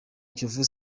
kiyovu